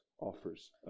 offers